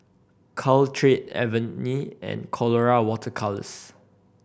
Caltrate Avene and Colora Water Colours